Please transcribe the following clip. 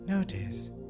Notice